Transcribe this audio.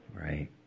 Right